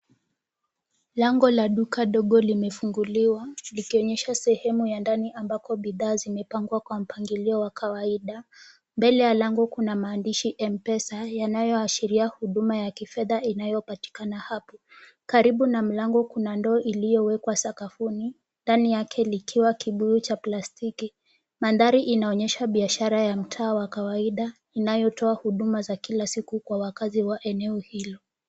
Lango la duka dogo limefunguliwa likionyesha sehemu ya ndani ambako bidhaa zimepangwa kwa mpangilio wa kawaida. Mbele ya lango kuna maandishi M-Pesa yanayoashiria huduma ya kifedha inayopatikana hapo. Karibu na mlango kuna ndoo iliyowekwa sakafuni ndani yake likiwa kibuyu cha plastiki. Mandhari inaonyesha biashara ya mtaa wa kawaida inayotoa huduma za kila siku kwa wakaazi wa eneo hilo.